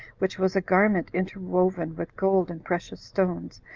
which was a garment interwoven with gold and precious stones,